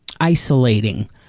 isolating